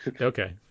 okay